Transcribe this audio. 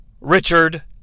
Richard